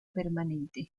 permanente